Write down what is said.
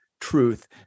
truth